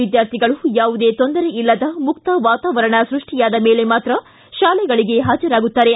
ವಿದ್ಯಾರ್ಥಿಗಳು ಯಾವುದೇ ತೊಂದರೆಯಿಲ್ಲದ ಮುಕ್ತ ವಾತಾವರಣ ಸೃಷ್ಟಿಯಾದ ಮೇಲೆ ಮಾತ್ರ ಶಾಲೆಗಳಿಗೆ ಪಾಜರಾಗುತ್ತಾರೆ